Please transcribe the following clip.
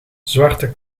zwarte